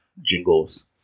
jingles